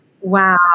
Wow